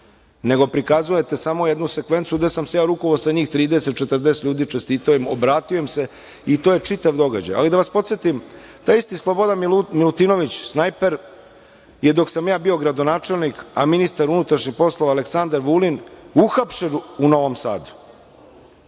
nego prikazujete samo jednu sekvencu gde sam se ja rukovao sa njih 30, 40 ljudi, čestitao im, obratio im se i to je čitav događaj. Ali, da vas podsetim, taj isti Slobodan Milutinović Snajper je dok sam ja bio gradonačelnik, a ministar unutrašnjih poslova Aleksandar Vulin, uhapšen u Novom Sadu